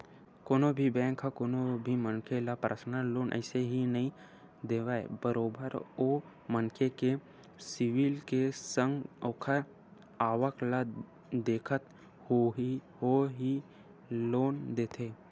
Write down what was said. कोनो भी बेंक ह कोनो भी मनखे ल परसनल लोन अइसने ही नइ देवय बरोबर ओ मनखे के सिविल के संग ओखर आवक ल देखत होय ही लोन देथे